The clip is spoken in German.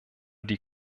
die